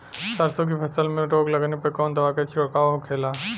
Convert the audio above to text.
सरसों की फसल में रोग लगने पर कौन दवा के छिड़काव होखेला?